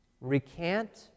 Recant